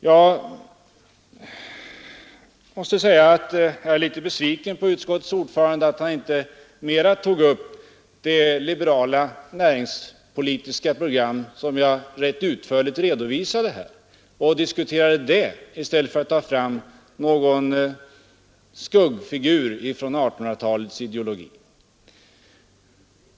Jag är litet besviken på utskottets ordförande för att han inte mer tog upp det liberala näringspolitiska program som jag rätt utförligt redovisade. Det hade varit bättre att diskutera det i stället för att skenfäkta mot något som måste betecknas som 1800-talsideologier.